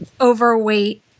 overweight